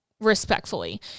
respectfully